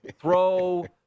Throw